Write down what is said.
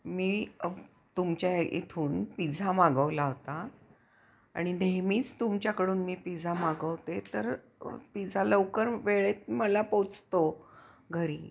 मी तुमच्या इथून पिझ्झा मागवला होता आणि नेहमीच तुमच्याकडून मी पिझ्झा मागवते तर पिझ्झा लवकर वेळेत मला पोचतो घरी